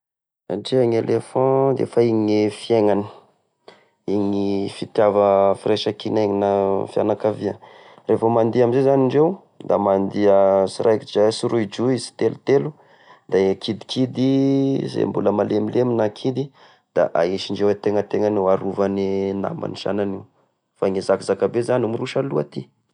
Satria gn'elephant defa iny e fiainany! Iny fitiava firaisankina iny na fianakavia, rehefa mandeha amizay zany indreo, da mandeha tsiraidray, tsirodroy, na tsitelotsitelo da e kidikidy izay mbola malemilemy na kidy da aisindreo ategnategnany eo arovany e namany sagnany io, fa gne zakazakabe miroso aloha aty.